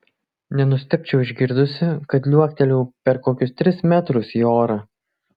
nenustebčiau išgirdusi kad liuoktelėjau per kokius tris metrus į orą